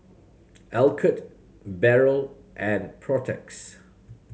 Alcott Barrel and Protex